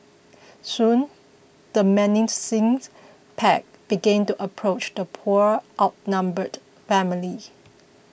soon the menacing pack began to approach the poor outnumbered family